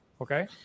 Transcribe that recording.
okay